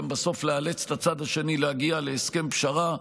בסוף לאלץ את הצד השני להגיע להסכם פשרה,